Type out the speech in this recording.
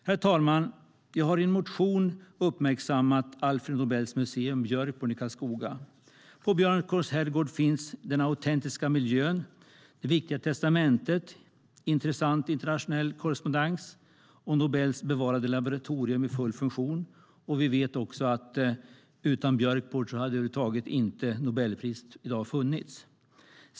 Herr talman! Jag har i en motion uppmärksammat Alfred Nobels museum Björkborn i Karlskoga. På Björkborns Herrgård finns den autentiska miljön, det viktiga testamentet, intressant internationell korrespondens och Nobels bevarade laboratorium i full funktion. Vi vet också att utan Björkborn hade Nobelpriset över huvud taget inte funnits.